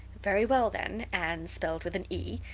very well, then, anne spelled with an e,